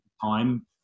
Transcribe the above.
time